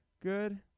Good